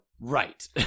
Right